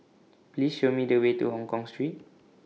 Please Show Me The Way to Hongkong Street